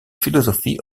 philosophy